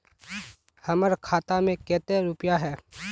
हमर खाता में केते रुपया है?